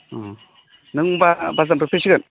नों होमब्ला बाजारनिफ्राय फैसिगोन